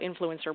influencer